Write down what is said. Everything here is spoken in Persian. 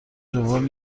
جبران